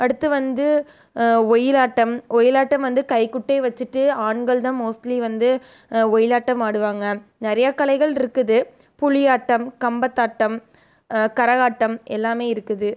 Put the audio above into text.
அடுத்து வந்து ஒயிலாட்டம் ஒயிலாட்டம் வந்து கைக்குட்டை வச்சுட்டு ஆண்கள் தான் மோஸ்ட்லி வந்து ஒயிலாட்டம் ஆடுவாங்கள் நிறைய கலைகள் இருக்குது புலியாட்டம் கம்பத்தாட்டம் கரகாட்டம் எல்லாமே இருக்குது